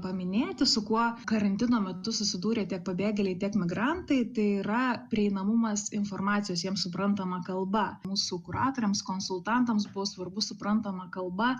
paminėti su kuo karantino metu susidūrė tie pabėgėliai tiek migrantai tai yra prieinamumas informacijos jiems suprantama kalba mūsų kuratoriams konsultantams buvo svarbu suprantama kalba